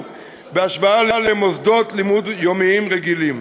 בהשוואה למוסדות לימוד יומיים רגילים.